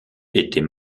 était